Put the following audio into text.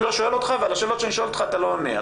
לא שואל אותך ועל השאלות שאני שואל אותך אתה לא עונה.